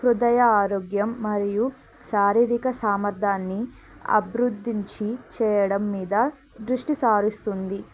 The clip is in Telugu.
హృదయ ఆరోగ్యం మరియు శారీరిక సామర్ధ్యాన్ని అభివృద్ధించి చేయడం మీద దృష్టి సారిస్తుంది